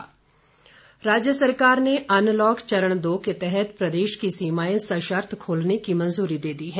दिशा निर्देश राज्य सरकार ने अनलॉक चरण दो के तहत प्रदेश की सीमाएं सशर्त खोलने की मंजूरी दे दी है